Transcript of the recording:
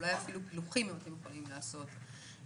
אולי אפילו פלוחים אם אתם יכולים לעשות זאת.